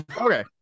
Okay